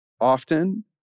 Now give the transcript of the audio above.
often